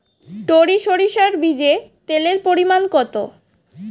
টরি সরিষার বীজে তেলের পরিমাণ কত?